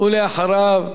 ואחריו,